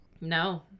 No